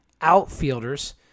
outfielders